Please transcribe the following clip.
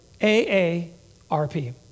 AARP